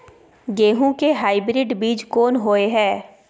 गेहूं के हाइब्रिड बीज कोन होय है?